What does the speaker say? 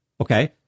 Okay